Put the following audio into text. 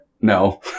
No